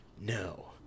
No